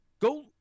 Go